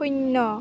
শূন্য